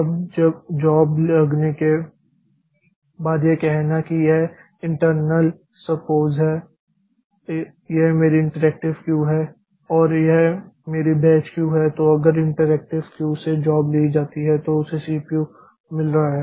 अब जॉब लगने के बाद यह कहना कि यह इंटरनल सपोज़ है यह मेरी इंटरएक्टिव क्यू है और यह मेरी बैच क्यू है तो अगर इस इंटरेक्टिव क्यू से जॉब ली जाती है तो उसे सीपीयू मिल रहा है